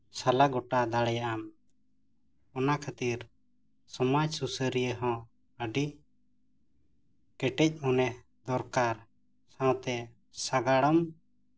ᱥᱟᱞᱟ ᱜᱚᱴᱟ ᱫᱟᱲᱮᱭᱟᱜᱼᱟᱢ ᱚᱱᱟ ᱠᱷᱟᱹᱛᱤᱨ ᱥᱚᱢᱟᱡᱽ ᱥᱩᱥᱟᱹᱨᱤᱭᱟᱹ ᱦᱚᱸ ᱟᱹᱰᱤ ᱠᱮᱴᱮᱡ ᱢᱚᱱᱮ ᱫᱚᱨᱠᱟᱨ ᱥᱟᱶᱛᱮ ᱥᱟᱜᱟᱲᱚᱢ